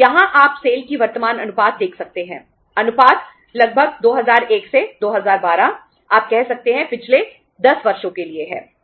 यहां आप सेल की वर्तमान अनुपात देख सकते हैं अनुपात लगभग 2001 से 2012 आप कह सकते हैं पिछले 10 वर्षों के लिए है